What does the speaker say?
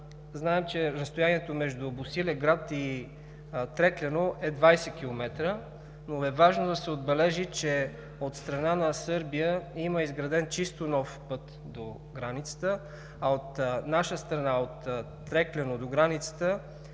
знаем, че разстоянието между Босилеград и Трекляно е 20 км, но е важно да се отбележи, че от страна на Сърбия има изграден чисто нов път до границата, а от наша страна, от Трекляно до границата